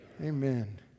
Amen